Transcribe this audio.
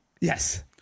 Yes